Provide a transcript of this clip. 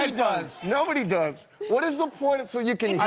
ah does, nobody does. what is the point, so you can